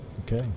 Okay